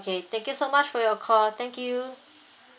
okay thank you so much for your call thank you